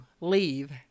leave